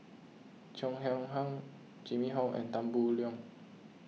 Cheo Chai Hiang Jimmy Ong and Tan Boo Liat